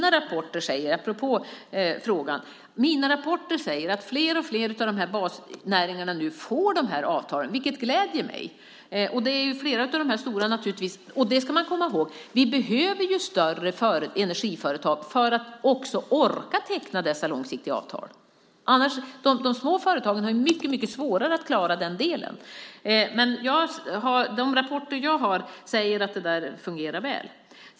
Apropå frågan säger mina rapporter att fler och fler av basnäringarna får dessa avtal, vilket gläder mig. Vi ska komma ihåg att vi behöver större energiföretag för att också orka teckna dessa långsiktiga avtal. De små företagen har mycket svårare att klara den delen. De rapporter jag har fått säger att det fungerar väl.